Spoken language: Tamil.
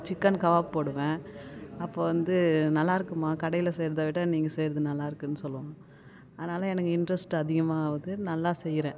சிக்கன் கபாப் போடுவேன் அப்போது வந்து நல்லாயிருக்குமா கடையில் செய்கிறத விட நீங்கள் செய்வது நல்லாயிருக்குனு சொல்லுவான் அதனால எனக்கு இன்ட்ரஸ்ட்டு அதிகமாக ஆகுது நல்லா செய்கிறேன்